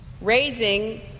raising